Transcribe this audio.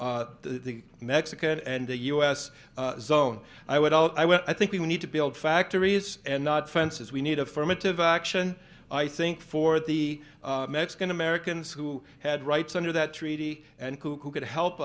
the mexican and the u s zone i would all i want i think we need to build factories and not fences we need affirmative action i think for the mexican americans who had rights under that treaty and who could help